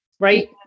Right